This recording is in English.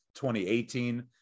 2018